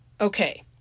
okay